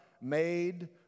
made